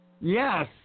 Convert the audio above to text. Yes